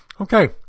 Okay